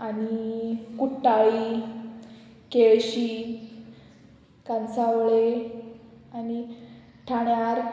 आनी कुट्टाळी केळशी कांसावळे आनी ठाण्यार